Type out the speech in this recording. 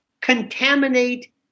contaminate